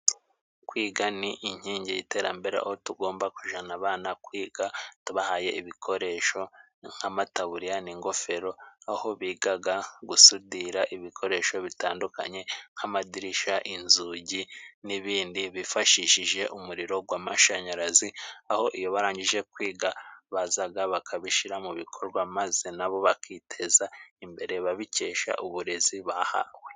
Kwiga ni inkingi y'iterambere, aho tugomba kujana abana kwiga tubahaye ibikoresho nk'amataburiya n'ingofero, aho bigaga gusudira ibikoresho bitandukanye nk'amadirishya, inzugi n'ibindi bifashishije umuriro gw'amashanyarazi, aho iyo barangije kwiga bazaga bakabishyira mu bikorwa maze na bo bakiteza imbere babikesha uburezi bahawe.